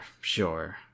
sure